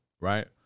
right